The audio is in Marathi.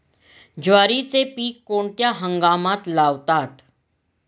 ज्वारीचे पीक कोणत्या हंगामात लावतात?